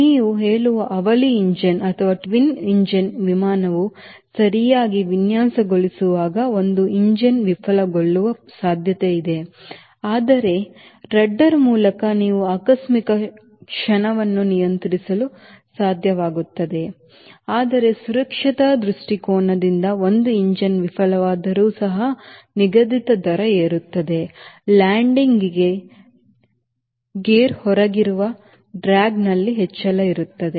ನೀವು ಹೇಳುವ ಅವಳಿ ಎಂಜಿನ್ ವಿಮಾನವನ್ನು ಸರಿಯಾಗಿ ವಿನ್ಯಾಸಗೊಳಿಸುವಾಗ ಒಂದು ಎಂಜಿನ್ ವಿಫಲಗೊಳ್ಳುವ ಸಾಧ್ಯತೆಯಿದೆ ಆದರೆ ರಡ್ಡರ್ ಮೂಲಕ ನೀವು ಆಕಸ್ಮಿಕ ಕ್ಷಣವನ್ನು ನಿಯಂತ್ರಿಸಲು ಸಾಧ್ಯವಾಗುತ್ತದೆ ಆದರೆ ಸುರಕ್ಷತಾ ದೃಷ್ಟಿಕೋನದಿಂದ ಒಂದು ಎಂಜಿನ್ ವಿಫಲವಾದರೂ ಸಹ ನಿಗದಿತ ದರ ಏರುತ್ತದೆಲ್ಯಾಂಡಿಂಗ್ ಗೇರ್ ಹೊರಗಿರುವಾಗ ಡ್ರ್ಯಾಗ್ನಲ್ಲಿ ಹೆಚ್ಚಳ ಇರುತ್ತದೆ